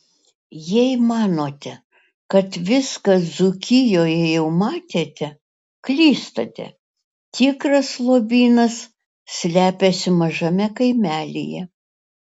jei manote kad viską dzūkijoje jau matėte klystate tikras lobynas slepiasi mažame kaimelyje